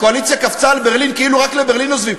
הקואליציה קפצה על ברלין כאילו רק לברלין עוזבים.